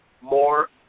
more